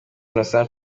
innocent